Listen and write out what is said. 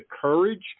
courage